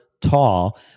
tall